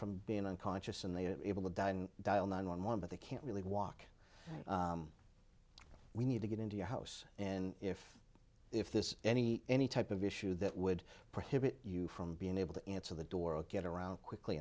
from being unconscious and they are able to dial nine one one but they can't really walk we need to get into your house and if if this any any type of issue that would prohibit you from being able to answer the door or get around quickly